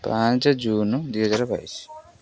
ପାଞ୍ଚ ଜୁନ୍ ଦୁଇହଜାର ବାଇଶ